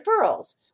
referrals